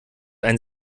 ein